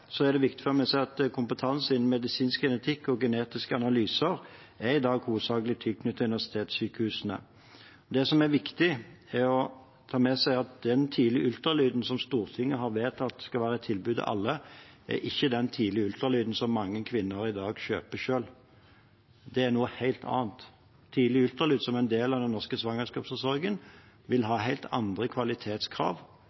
er viktig for meg å si at kompetanse innen medisinsk genetikk og genetiske analyser i dag hovedsakelig er tilknyttet universitetssykehusene. Det som er viktig, er å ta med seg at den tidlige ultralyden som Stortinget har vedtatt skal være et tilbud til alle, ikke er den tidlige ultralyden som mange kvinner i dag kjøper selv. Det er noe helt annet. Tidlig ultralyd som en del av den norske svangerskapsomsorgen vil